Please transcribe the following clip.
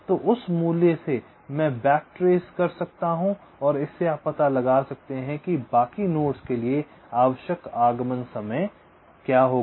तो उस मूल्य से मैं बैक ट्रेस कर सकता हूं और इससे आप पता लगा सकते हैं कि बाकी नोड्स के लिए आवश्यक आगमन समय क्या होगा